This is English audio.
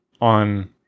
on